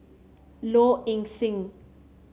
Low Ing Sing